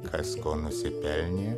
kas ko nusipelnė